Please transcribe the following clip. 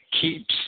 keeps